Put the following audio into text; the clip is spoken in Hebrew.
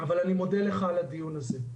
אבל אני מודה לך על הדיון הזה.